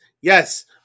yes